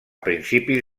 principis